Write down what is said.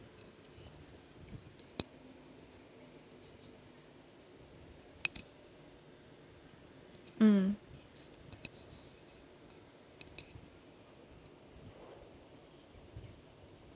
mm